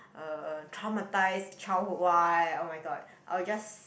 uh traumatised childhood one [oh]-my-god I will just